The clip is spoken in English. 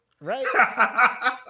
Right